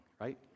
right